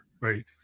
right